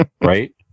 Right